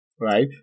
right